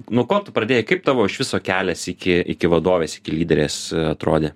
nuo ko tu pradėjai kaip tavo iš viso kelias iki iki vadovės iki lyderės atrodė